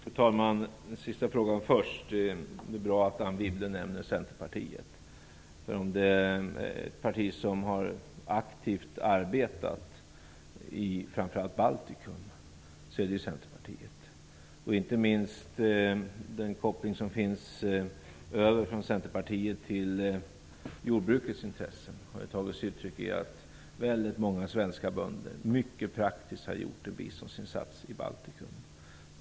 Fru talman! Jag tar den sista frågan först. Det är bra att Anne Wibble nämner Centerpartiet. Om det är något parti som aktivt har arbetat i framför allt Baltikum, så är det Centerpartiet. Inte minst har den koppling som finns mellan Centerpartiet och jordbrukets intressen tagit sig uttryck i att väldigt många svenska bönder på ett mycket praktiskt sätt har gjort en biståndsinsats i Baltikum.